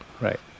right